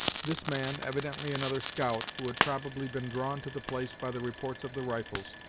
this man, evidently another scout, who had probably been drawn to the place by the reports of the rifles,